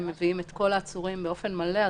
הם מביאים את כל העצורים באופן מלא.